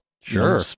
Sure